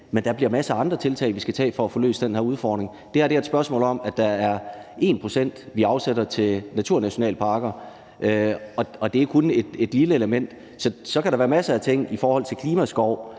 Men der er masser af andre tiltag, vi skal lave for at få løst den her udfordring. Det her er et spørgsmål om, at vi afsætter 1 pct. af arealet til naturnationalparker, og det er kun et lille element. Så kan der være masser af ting i forhold til klimaskov,